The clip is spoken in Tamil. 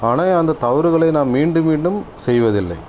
ஆனால் அந்த தவறுகளை நான் மீண்டும் மீண்டும் செய்வதில்லை